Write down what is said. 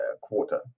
quarter